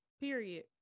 period